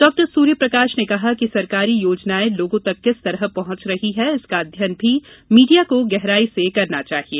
डॉ सूर्य प्रकाश ने कहा कि सरकारी योजनाएं लोगों तक किस तरह पहुंच रही हैं इसका अध्ययन भी मीडिया को गहराई से करना चाहिए